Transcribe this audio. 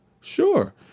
Sure